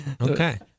okay